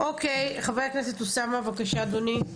אוקיי, חה"כ אוסאמה סעדי, בבקשה אדוני.